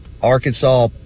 Arkansas